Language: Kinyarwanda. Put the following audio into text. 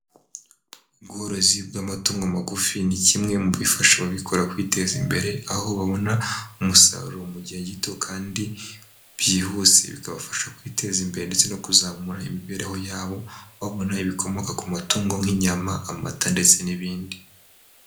Ubworozi bw'amatungo magufi ni kimwe mu bifasha ababikora kwiteza imbere, aho babona umusaruro mu gihe gito kandi byihuse, bikabafasha kwiteza imbere ndetse no kuzamura imibereho yabo, babona ibikomoka ku matungo nk'inyama, amata ndetse n'ibindi.